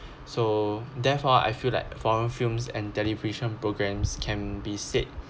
so therefore I feel like foreign films and television programs can be said